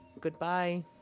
Goodbye